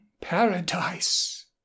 paradise